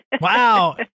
Wow